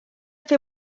fer